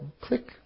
click